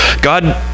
God